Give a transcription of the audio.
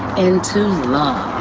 and to love.